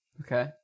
Okay